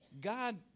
God